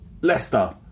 Leicester